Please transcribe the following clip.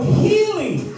healing